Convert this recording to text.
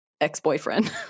ex-boyfriend